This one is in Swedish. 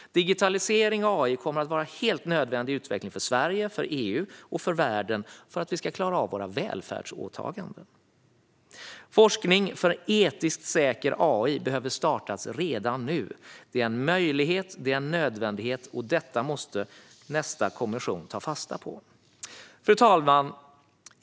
Digitalisering och AI kommer att vara en helt nödvändig utveckling för Sverige, EU och världen för att vi ska klara av våra välfärdsåtaganden. Forskning för etiskt säker AI behöver startas redan nu. Det är en möjlighet och en nödvändighet. Detta måste nästa kommission ta fasta på. Fru talman!